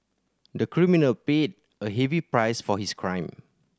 the criminal paid a heavy price for his crime